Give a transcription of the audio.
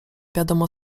wiadomo